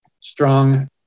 strong